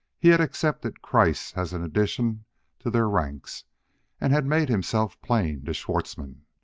he had accepted kreiss as an addition to their ranks and had made himself plain to schwartzmann.